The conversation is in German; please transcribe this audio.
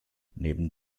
neben